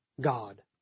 God